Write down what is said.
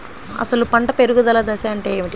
అసలు పంట పెరుగుదల దశ అంటే ఏమిటి?